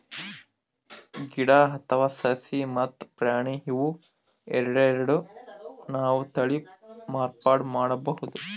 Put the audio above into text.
ಗಿಡ ಅಥವಾ ಸಸಿ ಮತ್ತ್ ಪ್ರಾಣಿ ಇವ್ ಎರಡೆರಡು ನಾವ್ ತಳಿ ಮಾರ್ಪಾಡ್ ಮಾಡಬಹುದ್